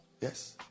Yes